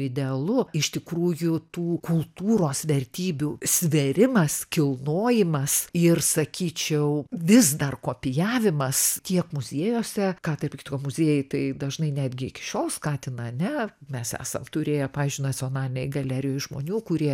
idealu iš tikrųjų tų kultūros vertybių svėrimas kilnojimas ir sakyčiau vis dar kopijavimas tiek muziejuose ką tarp kitko muziejai tai dažnai netgi iki šiol skatina ne mes esam turėję pavyzdžiui nacionalinėj galerijoj žmonių kurie